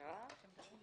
התשע"ח-2018 (פ/4415/20)